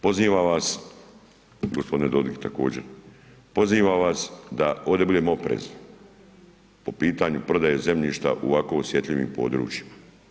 Pozivam vas gospodine Dodik također, pozivam vas da ovde budemo oprezni po pitanju prodaje zemljišta u ovako osjetljivim područjima.